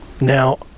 Now